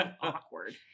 awkward